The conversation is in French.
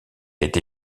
été